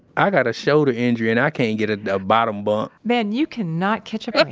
i got a shoulder injury, and i can't get ah a bottom bunk man, you cannot catch a